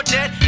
Dead